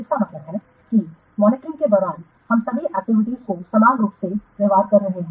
इसका मतलब है कि मॉनिटरिंग के दौरान हम सभी एक्टिविटीज को समान रूप से व्यवहार कर रहे हैं